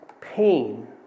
pain